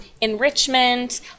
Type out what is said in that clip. enrichment